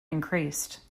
increased